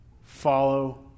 follow